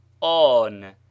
On